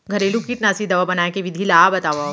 घरेलू कीटनाशी दवा बनाए के विधि ला बतावव?